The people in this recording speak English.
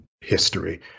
history